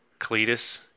Cletus